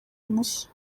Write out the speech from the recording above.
mushya